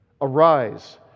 Arise